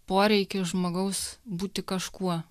poreikį žmogaus būti kažkuo